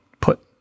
put